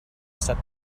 set